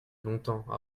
longtemps